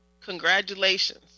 congratulations